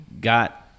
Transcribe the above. got